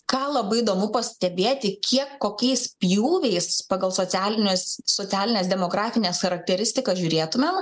ką labai įdomu pastebėti kiek kokiais pjūviais pagal socialines socialines demografines charakteristikas žiūrėtumėm